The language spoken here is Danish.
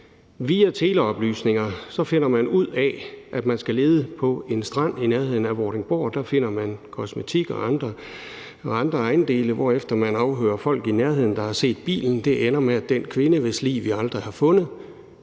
via teleoplysninger finder man ud af, at man skal lede på en strand i nærheden af Vordingborg, og der finder man kosmetik og andre ejendele, hvorefter man afhører folk i nærheden, der har set bilen. Det ender med, at den mand bliver dømt for mord,